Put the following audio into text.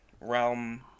realm